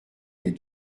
les